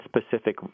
specific